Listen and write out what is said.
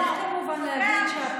"על כן יעזב איש את אביו ואת